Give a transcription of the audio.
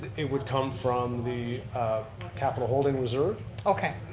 it would come from the capital holding reserve okay.